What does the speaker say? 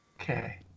Okay